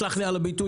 סלח לי על הביטוי,